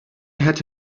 had